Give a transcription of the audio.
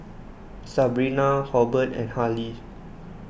Sabrina Hobert and Harley